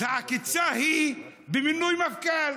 אז העקיצה היא במינוי מפכ"ל.